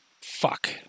fuck